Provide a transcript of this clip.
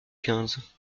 quinze